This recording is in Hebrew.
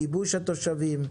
גיבוש התושבים,